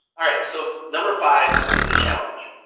alright, so number five is the challenge,